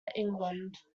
england